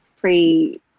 pre